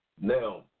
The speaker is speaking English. Now